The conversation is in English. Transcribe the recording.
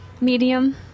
Medium